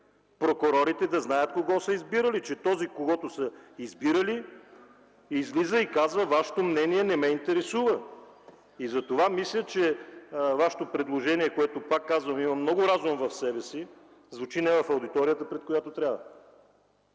прокурорите да знаят кого са избирали, че този, когото са избирали, излиза и казва: „Вашето мнение не ме интересува!” Затова мисля, че Вашето предложение, което, пак казвам, има много разум в себе си, звучи не пред аудиторията, която трябва.